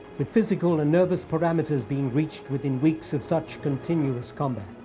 but physical and nervous parameters being reached within weeks of such continuous combat.